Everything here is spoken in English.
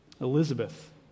Elizabeth